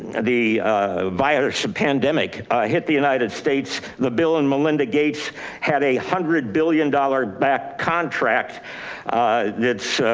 the virus pandemic hit the united states, the bill and melinda gates had a hundred billion dollar backed contract that